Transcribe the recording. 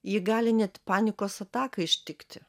jį gali net panikos ataka ištikti